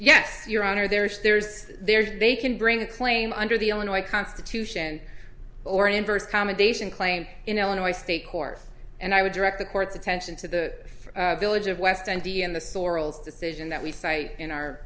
yes your honor there's there's there's they can bring a claim under the illinois constitution or an inverse commendation claim in illinois state court and i would direct the court's attention to the village of west indian the sorels decision that we cite in our